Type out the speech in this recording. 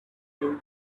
him